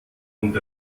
und